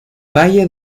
valle